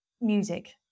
music